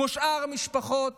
כמו שאר המשפחות